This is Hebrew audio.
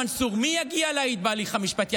מנסור: מי יגיע להעיד בהליך המשפטי?